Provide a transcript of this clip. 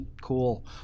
Cool